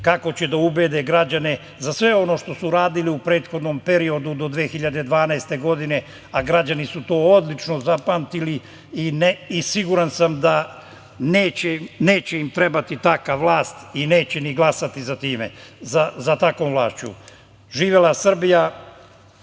kako će da ubede građane za sve ono što su radili u prethodnom periodu do 2012. godine, a građani su to odlično zapamtili i siguran sam da im neće trebati takva vlast i neće ni glasati za takvom vlašću. Živela Srbija! Hvala